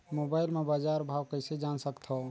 Mobile म बजार भाव कइसे जान सकथव?